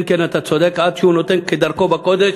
כן, כן, אתה צודק, עד שהוא נותן, כדרכו בקודש,